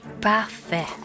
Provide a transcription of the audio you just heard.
Parfait